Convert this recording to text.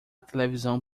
televisão